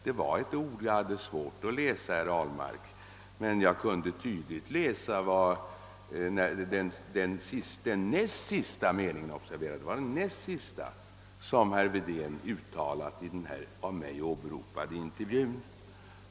Det var ett ord som jag hade svårt att läsa, herr Ahlmark, men den näst sista mening som herr Wedén uttalade kunde jag tydligt läsa i den av mig åberopade intervjun.